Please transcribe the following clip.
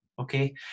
okay